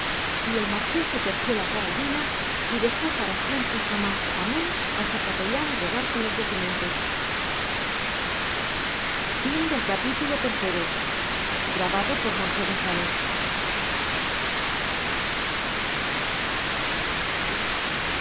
y el marqués se terció la carabina y dejó para siempre jamás amén a su capellán bregar con los documentos y